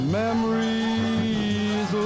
memories